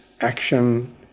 action